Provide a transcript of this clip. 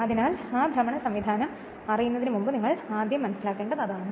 അതിനാൽ ആ ഭ്രമണ സംവിധാനം അറിയുന്നതിന് മുമ്പ് നിങ്ങൾ ആദ്യം മനസ്സിലാക്കേണ്ടത് അതാണ്